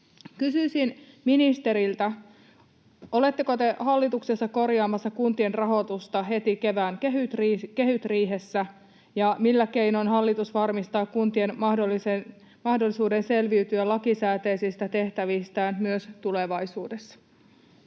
Kysyisin ministeriltä: oletteko te hallituksessa korjaamassa kuntien rahoitusta heti kevään kehysriihessä, ja millä keinoin hallitus varmistaa kuntien mahdollisuuden selviytyä lakisääteisistä tehtävistään myös tulevaisuudessa?